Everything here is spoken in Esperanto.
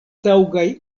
taŭgaj